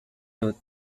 route